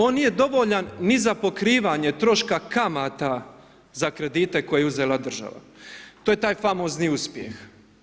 On nije dovoljan ni za pokrivanje troška kamata za kredite koje je uzela država, to je taj famozni uspjeh.